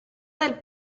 del